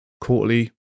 quarterly